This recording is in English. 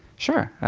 sure.